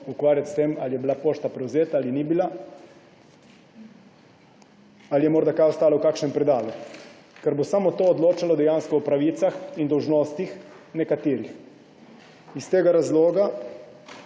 ukvarjati s tem, ali je bila pošta prevzeta ali ni bila, ali je morda kaj ostalo v kakšnem predalu. Ker bo dejansko samo to odločalo o pravicah in dolžnostih nekaterih. Iz tega razloga